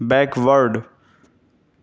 back ward